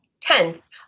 tense